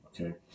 okay